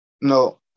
No